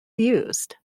used